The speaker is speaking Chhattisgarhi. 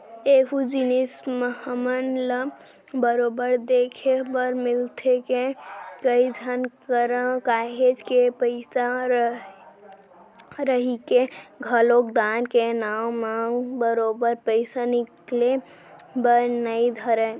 एहूँ जिनिस हमन ल बरोबर देखे बर मिलथे के, कई झन करा काहेच के पइसा रहिके घलोक दान के नांव म बरोबर पइसा निकले बर नइ धरय